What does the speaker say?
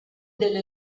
delle